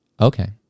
Okay